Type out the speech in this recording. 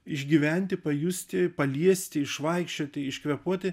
išgyventi pajusti paliesti išvaikščioti iškvėpuoti